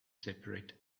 separate